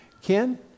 Ken